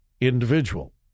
individual